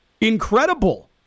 incredible